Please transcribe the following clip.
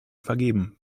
vergeben